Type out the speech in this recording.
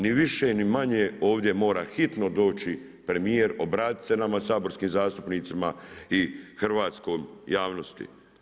Ni više ni manje ovdje mora hitno doći premjer, obratiti se nama saborskim zastupnicima i hrvatskoj javnosti.